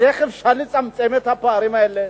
איך אפשר לצמצם את הפערים האלה?